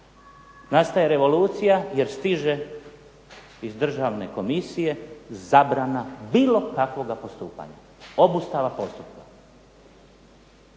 nastaje revolucija jer stiže iz državne komisije zabrana bilo kakvoga postupanja, obustava postupka.